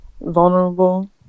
vulnerable